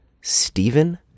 Stephen